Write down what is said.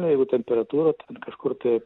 jeigu temperatūra ten kažkur tai